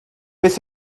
beth